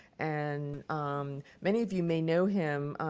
and many of you may know him.